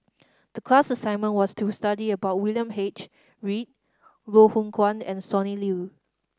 the class assignment was to study about William H Read Loh Hoong Kwan and Sonny Liew